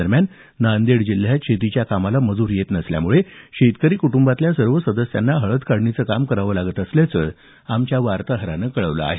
दरम्यान नांदेड जिल्ह्यात शेतीच्या कामाला मजूर येत नसल्यामुळे शेतकरी कुटुंबातल्या सर्वच सदस्यांना हळद काढणीचं काम करावं लागत असल्याचं आमच्या वार्ताहरानं कळवलं आहे